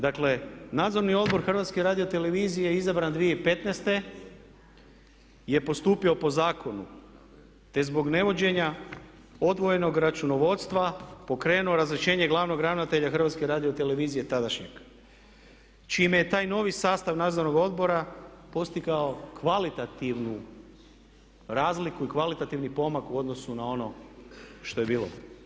Dakle, Nadzorni odbor HRT-a je izabran 2015. i postupio je po zakonu te zbog nevođenja odvojenog računovodstva pokrenuo razrješenje glavnog ravnatelja HRT-a tadašnjeg čime je taj novi sastav nadzornog odbora postigao kvalitativnu razliku i kvalitativni pomak u odnosu na ono što je bilo.